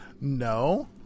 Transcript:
No